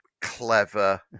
clever